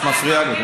את מפריעה לי.